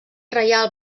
reial